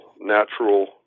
natural